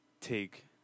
take